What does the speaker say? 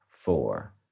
four